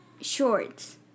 shorts